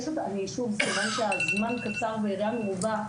כיוון שהזמן קצר והמלאכה מרובה,